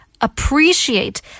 appreciate